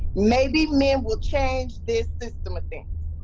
maybe men will change this system of things.